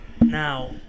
Now